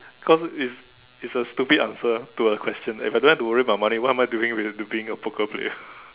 cause if it's a stupid answer to a question and if I don't have to worry about money what am I doing with to being a poker player